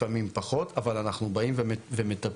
לפעמים פחות אבל אנחנו באים ומטפלים.